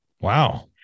Wow